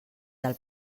del